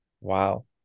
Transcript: Wow